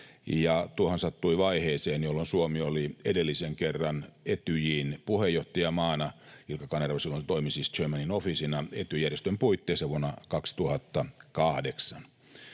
tuohan sattui vaiheeseen, jolloin Suomi oli edellisen kerran Etyjin puheenjohtajamaana. Ilkka Kanerva silloin toimi siis chairman-in-officena Etyj-järjestön puitteissa vuonna 2008,